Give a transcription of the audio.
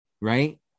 right